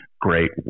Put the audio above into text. great